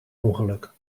ongeluk